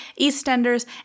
EastEnders